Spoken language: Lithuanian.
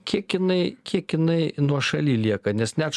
kiek jinai kiek jinai nuošaly lieka nes net